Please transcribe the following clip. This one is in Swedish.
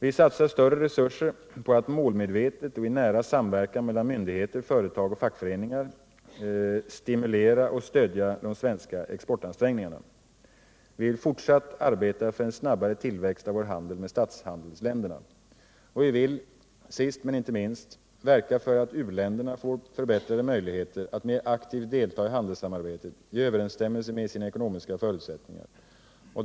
Vi satsar större resurser på att målmedvetet och i nära samverkan mellan myndigheter, företag och fackföreningar stimulera och stödja de svenska exportansträngningarna. Vi vill fortsätta att arbeta för en snabbare tillväxt av vår handel med statshandelsländerna. Vi vill, sist men inte minst, verka för att u-länderna får förbättrade möjligheter att mer aktivt delta i handelssamarbetet i överensstämmelse med sina ekonomiska förutsättningar.